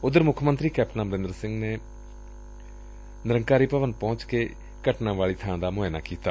ਉਧਰ ਮੁੱਖ ਮੰਤਰੀ ਕੈਪਟਨ ਅਮਰੰਦਰ ਸਿੰਘ ਨਿਰੰਕਾਰੀ ਭਵਨ ਪਹੁੰਚੇ ਅਤੇ ਘਟਨਾ ਵਾਲੀ ਬਾਂ ਦਾ ਮੁਆਇਨਾ ਕੀਤਾ